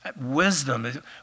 wisdom